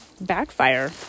backfire